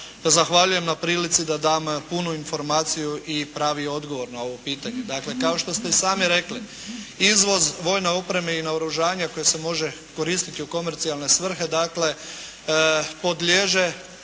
zahvaljujem na prilici da dam punu informaciju i pravi odgovor na ovo pitanje. Dakle kao što ste i sami rekli, izvoz vojne opreme i naoružanja koje se može koristiti u komercijalne svrhe dakle